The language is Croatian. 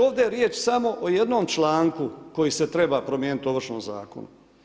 Ovdje je riječ samo o jednom članku koji se treba promijeniti u Ovršnom zakonu.